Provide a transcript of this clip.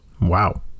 Wow